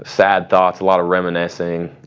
sad thoughts, a lot of reminiscing,